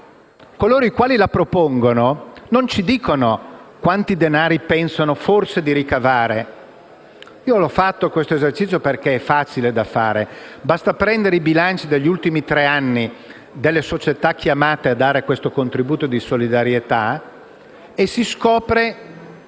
Coloro i quali la propongono non ci dicono quanti denari pensano di ricavare. Ho fatto questo esercizio perché è facile da fare: basta prendere i bilanci degli ultimi tre anni delle società chiamate a dare questo contributo di solidarietà e si scopre